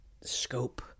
scope